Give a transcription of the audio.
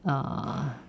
uh